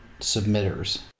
submitters